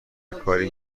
کاری